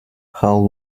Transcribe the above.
how